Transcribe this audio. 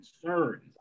concerns